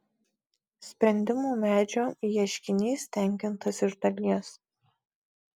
sprendimų medžio ieškinys tenkintas iš dalies